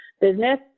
business